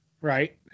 Right